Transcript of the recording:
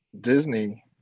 Disney